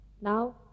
Now